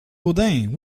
gaudin